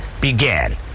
began